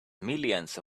millions